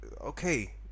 okay